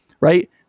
Right